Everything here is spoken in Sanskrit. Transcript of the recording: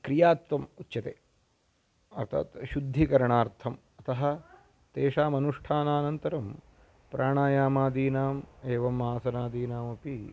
क्रियात्वम् उच्यते अर्थात् शुद्धीकरणार्थम् अतः तेषामनुष्ठानान्तरं प्राणायामादीनाम् एवम् आसनादीनामपि